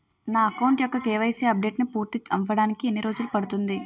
నా అకౌంట్ యెక్క KYC updation పూర్తి అవ్వడానికి ఎన్ని రోజులు పడుతుంది?